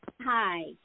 Hi